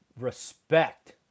respect